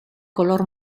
color